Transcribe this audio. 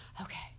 okay